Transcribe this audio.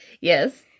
Yes